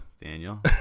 Daniel